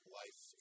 life